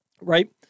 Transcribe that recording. right